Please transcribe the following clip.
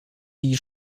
die